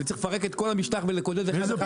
אני צריך לפרק את כל המשטח ולקודד אחד אחד,